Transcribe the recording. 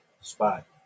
spot